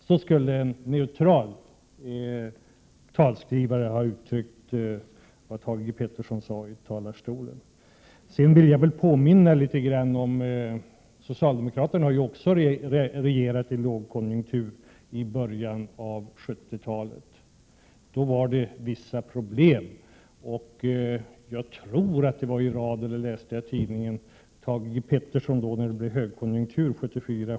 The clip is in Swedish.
Så skulle en neutral talskrivare ha uttryckt sig och inte formulerat sig som Thage G Peterson gjorde i talarstolen. Jag vill även litet grand påminna om att också socialdemokraterna har regerat under lågkonjunktur. Det var i början av 1970-talet, då det förelåg vissa problem. Jag tror att jag hörde i radion, eller möjligen läste jag i tidningen, att Thage G Peterson mot bakgrund av högkonjunkturen åren 45 Prot.